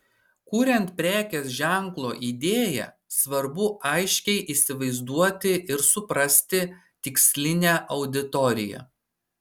kuriant prekės ženklo idėją svarbu aiškiai įsivaizduoti ir suprasti tikslinę auditoriją